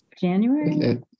January